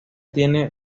tiene